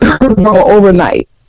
overnight